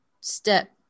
step